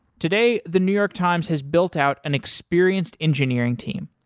today, the new york times has built out an experienced engineering team.